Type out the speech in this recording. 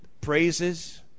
praises